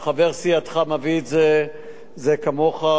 אני יודע כמה שאתה התעניינת וכמה שאתה דאגת.